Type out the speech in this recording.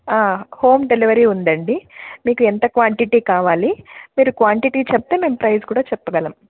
home delivery ఉందండి మీకు ఎంత క్వాంటిటీ కావాలి మీరు క్వాంటిటీ చెప్తే మేము ప్రైస్ కూడా చెప్పగలము